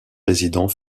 résidents